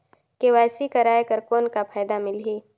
KYC कराय कर कौन का फायदा मिलही?